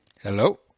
Hello